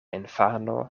infano